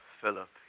Philip